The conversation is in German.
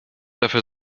dafür